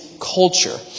culture